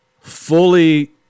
fully